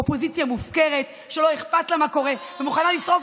אופוזיציה מופקרת שלא אכפת לה מה קורה ומוכנה לשרוף,